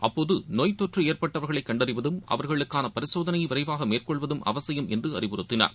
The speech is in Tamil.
அப்போது நோய் தொற்று ஏற்பட்டவர்களை கண்டறிவதும் அவர்களுக்கான பரிசோதனையை விரைவாக மேற்கொள்வதும் அவசியம் என்று அறிவுறுத்தினார்